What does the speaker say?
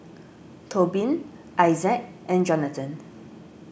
Tobin Issac and Jonathan